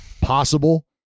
possible